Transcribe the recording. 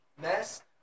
mess